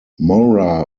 mora